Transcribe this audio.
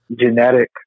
genetic